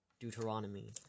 Deuteronomy